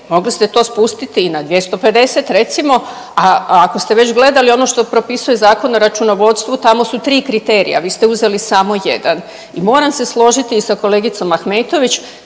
mogli ste to spustiti i na 250 recimo, a ako ste već gledali ono što propisuje Zakon o računovodstvu tamo su tri kriterija, vi ste uzeli samo jedan. I moram se složiti i sa kolegicom Ahmetović,